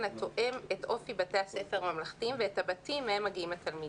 התואם את אופי בתי הספר הממלכתיים ואת הבתים שמהם מגיעים התלמידים.